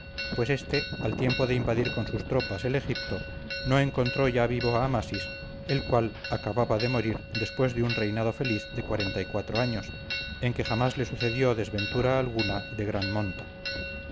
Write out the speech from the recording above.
pues éste al tiempo de invadir con sus tropas el egipto no encontró ya vivo a amasis el cual acababa de morir después de un reinado feliz de años en que jamás le sucedió desventura alguna de gran monta